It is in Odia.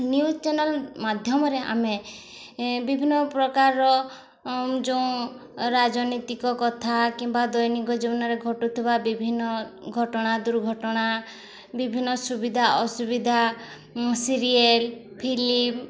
ନ୍ୟୁଜ୍ ଚ୍ୟାନେଲ୍ ମାଧ୍ୟମରେ ଆମେ ବିଭିନ୍ନ ପ୍ରକାରର ଯେଉଁ ରାଜନୀତିକ କଥା କିମ୍ବା ଦୈନିକ ଜୀବନରେ ଘଟୁଥିବା ବିଭିନ୍ନ ଘଟଣା ଦୁର୍ଘଟଣା ବିଭିନ୍ନ ସୁବିଧା ଅସୁବିଧା ସିରିଏଲ୍ ଫିଲ୍ମ୍